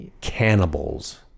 cannibals